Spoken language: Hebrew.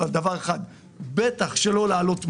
אבל דבר אחד צריך להיות - בטח שלא להעלות מסים.